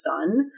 sun